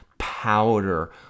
powder